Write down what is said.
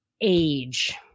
age